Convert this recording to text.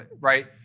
right